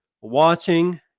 watching